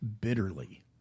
bitterly